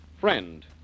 Friend